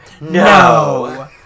No